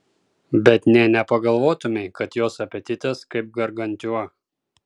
bet nė nepagalvotumei kad jos apetitas kaip gargantiua